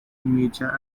media